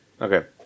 Okay